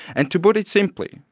and, to put it simply,